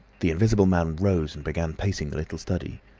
the invisible man rose and began pacing the little study.